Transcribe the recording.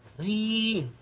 the